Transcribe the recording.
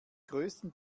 größten